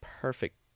perfect